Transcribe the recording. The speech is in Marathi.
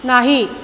नाही